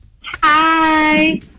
Hi